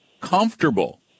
comfortable